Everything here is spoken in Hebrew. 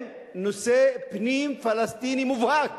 עם נושא פנים-פלסטיני מובהק